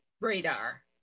radar